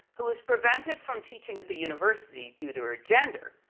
who was prevented from teaching at the university due to her gender,